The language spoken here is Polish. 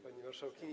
Pani Marszałkini!